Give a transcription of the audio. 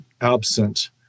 absent